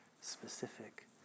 specific